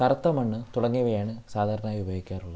കറുത്ത മണ്ണ് തുടങ്ങിയവയാണ് സാധാരണയായി ഉപയോഗിക്കാറുള്ളത്